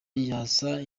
yasa